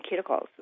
cuticles